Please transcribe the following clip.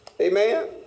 Amen